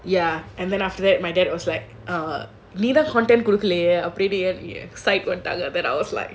ya and then after that my dad was like இருக்குலையா:irukkulaiyaa